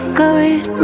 good